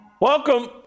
Welcome